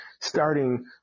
starting